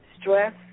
stress